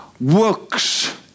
works